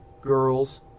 girls